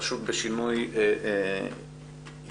פשוט בשינוי התייחסות,